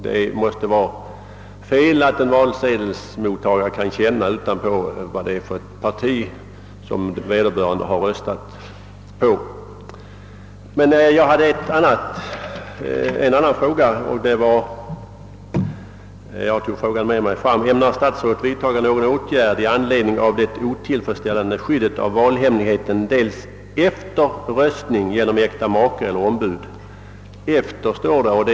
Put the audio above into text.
Det måste vara fel att en valsedelsmottagare utanpå kuvertet kan känna vilket partis valsedel som den röstande använt. Det andra avsnittet av frågan gällde om statsrådet ämnar vidtaga »någon åtgärd i anledning av det otillfredsställar.de skyddet av valhemligheten ———- efter röstning genom äkta make eller ombud ———». Det står alltså.